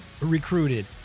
recruited